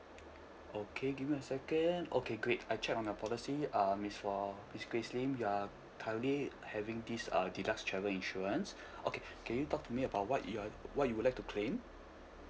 okay give me a second okay great I check on your policy um is for miss grace lim you're currently having this err deluxe travel insurance okay can you talk to me about what your what you would like to claim